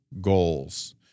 goals